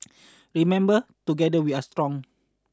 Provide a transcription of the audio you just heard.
remember together we are strong